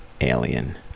alien